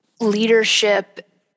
leadership